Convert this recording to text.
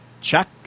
check